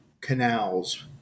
canals